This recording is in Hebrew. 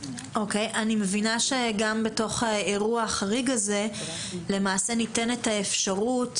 אני מבינה שגם בתוך האירוע החריג הזה למעשה ניתנת האפשרות